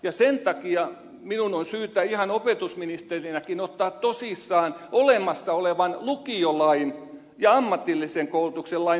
ja sen takia minun on syytä ihan opetusministerinäkin ottaa tosissaan olemassa olevan lukiolain ja ammatillisen koulutuksen lain sisältö